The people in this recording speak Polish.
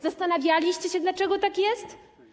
Zastanawialiście się, dlaczego tak jest?